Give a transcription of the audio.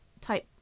type